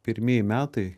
pirmieji metai